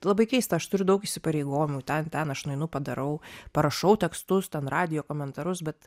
labai keista aš turiu daug įsipareigojimų ten ten aš nueinu padarau parašau tekstus ten radijo komentarus bet